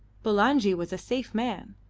bulangi was a safe man.